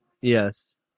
Yes